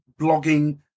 blogging